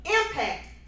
impact